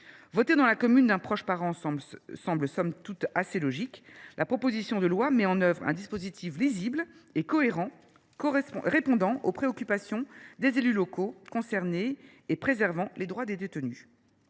Voter dans la commune d’un proche parent semble somme toute assez logique. La proposition de loi met en œuvre un dispositif lisible et cohérent, qui répond aux préoccupations des élus locaux concernés et préserve les droits des détenus.